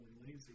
lazy